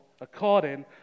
according